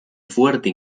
fuerte